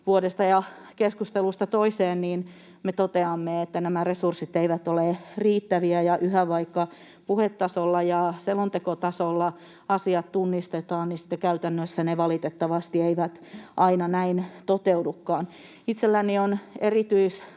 vuodesta ja keskustelusta toiseen me toteamme, että nämä resurssit eivät ole riittäviä, ja yhä, vaikka puhetasolla ja selontekotasolla asiat tunnistetaan, sitten käytännössä ne valitettavasti eivät aina näin toteudukaan. Itselläni on erityislapsi,